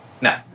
No